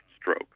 stroke